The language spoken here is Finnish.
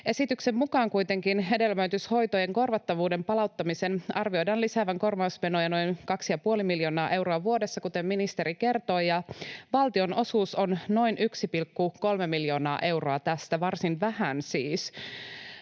Esityksen mukaan kuitenkin hedelmöityshoitojen korvattavuuden palauttamisen arvioidaan lisäävän korvausmenoja noin 2,5 miljoonaa euroa vuodessa, kuten ministeri kertoi, ja valtion osuus on noin 1,3 miljoonaa euroa tästä — varsin vähän siis.